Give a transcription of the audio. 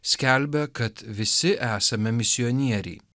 skelbia kad visi esame misionieriai